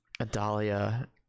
adalia